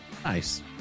nice